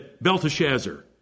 Belteshazzar